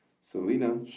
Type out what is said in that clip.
Selena